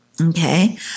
Okay